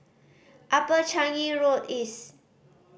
Upper Changi Road East